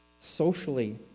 socially